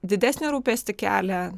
didesnį rūpestį kelia